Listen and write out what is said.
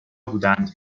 بودند